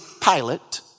Pilate